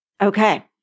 Okay